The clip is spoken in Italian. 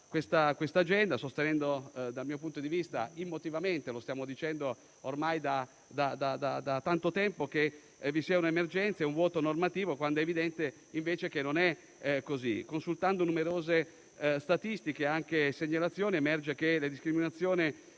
questa agenda, sostenendo - dal mio punto di vista senza motivo, e lo stiamo dicendo ormai da tanto tempo - che vi siano un'emergenza e un vuoto normativo, quando è evidente invece che non è così. Consultando numerose statistiche e segnalazioni, emerge che le discriminazioni